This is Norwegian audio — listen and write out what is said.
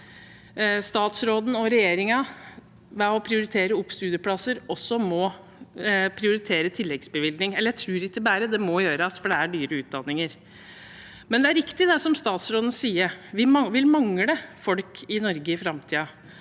statsråden og regjeringen ved å prioritere opp studieplasser også må prioritere tilleggsbevilgning. Jeg ikke bare tror det – det må gjøres, for det er dyre utdanninger. Det er riktig som statsråden sier, at vi vil mangle folk i Norge i framtiden,